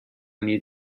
need